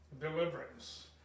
deliverance